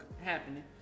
happening